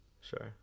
Sure